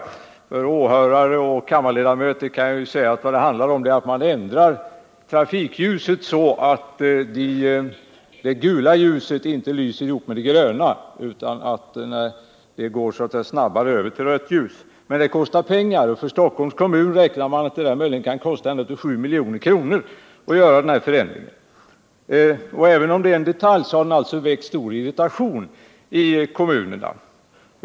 Till åhörare och kammarledamöter kan jag säga att vad det handlar om är att man ändrar trafikljusets signalväxlingsföljd så att det gula ljuset inte lyser tillsammans med det gröna och att växlingen från grönt till rött ljus följaktligen sker snabbare. Men det kostar pengar. För Stockholms kommun räknar man med att det kan komma att kosta ända upp till 7 milj.kr. att vidta denna förändring. Även om det är en detalj har den alltså väckt stor irritation i kommunerna.